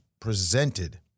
Presented